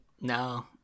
no